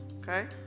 okay